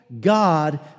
God